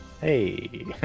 Hey